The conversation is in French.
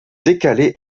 décalé